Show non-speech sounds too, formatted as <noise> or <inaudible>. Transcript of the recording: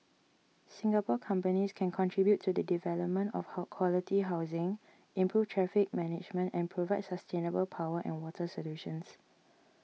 Singapore companies can contribute to the development of <noise> quality housing improve traffic management and provide sustainable power and water solutions